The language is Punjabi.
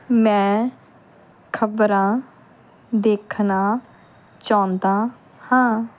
ਮੈਂ ਖ਼ਬਰਾਂ ਦੇਖਣਾ ਚਾਹੁੰਦਾ ਹਾਂ